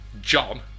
John